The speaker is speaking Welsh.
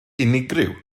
unigryw